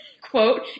quote